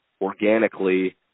organically